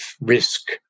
risk